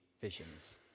visions